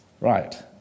Right